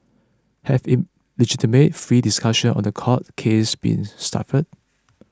have in legitimate free discussions on the court cases been stifled